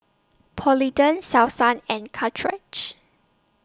Polident Selsun and